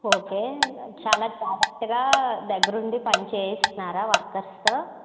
okay చాలా జాగ్రత్తగా దగ్గరుండి పని చేయిస్తున్నారా వర్కర్స్తో